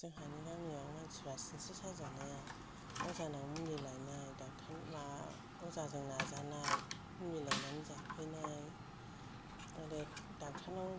जोंहानि गामियाव मानसिफोरा सिनस्रि साजानाया अजानाव मुलि लायनाय डक्टर नाव माबा अजाजों नाजानाय मुलि लायनानै जाफैनाय आरो डक्टर नाव